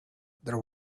there